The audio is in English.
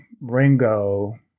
Ringo